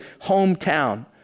hometown